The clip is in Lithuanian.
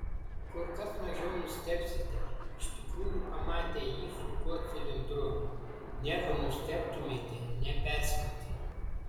kur kas mažiau nustebsite iš tikrųjų pamatę jį su tuo cilindru negu nustebtumėte neperspėti